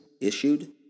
issued